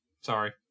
Sorry